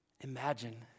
imagine